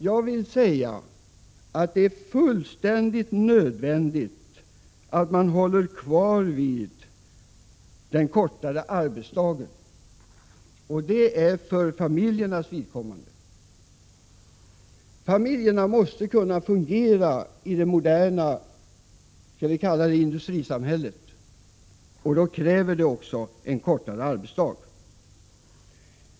Jag vill säga att det är fullständigt nödvändigt att hålla fast vid den kortare arbetsdagen, för familjernas skull. Familjerna måste kunna fungera i det moderna industrisamhället, och då kräver de en kortare arbetsdag.